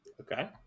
Okay